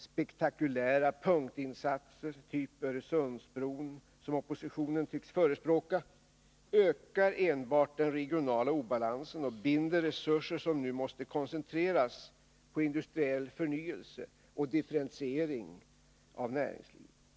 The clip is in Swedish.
Spektakulära punktinsatser, typ Öresundsbron, som oppositionen tycks förespråka, ökar enbart den regionala obalansen och binder resurser som nu måste koncentreras på industriell förnyelse och differentiering av näringslivet.